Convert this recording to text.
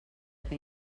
que